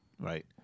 Right